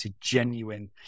genuine